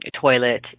toilet